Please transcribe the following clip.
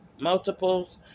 multiples